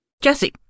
Jesse